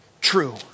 True